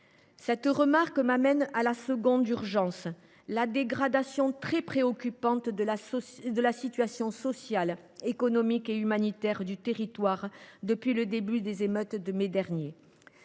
Cette remarque m’amène à la seconde urgence : la dégradation très préoccupante de la situation sociale, économique et humanitaire du territoire depuis le début des émeutes en mai dernier.